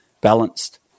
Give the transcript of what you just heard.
balanced